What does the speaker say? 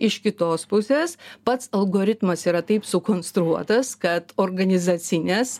iš kitos pusės pats algoritmas yra taip sukonstruotas kad organizacinės